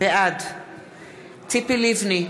בעד ציפי לבני,